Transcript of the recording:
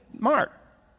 mark